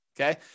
Okay